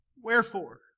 Wherefore